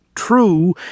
true